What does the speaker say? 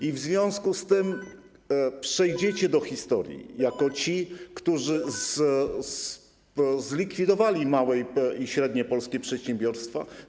I w związku z tym przejdziecie do historii jako ci, którzy zlikwidowali małe i średnie polskie przedsiębiorstwa.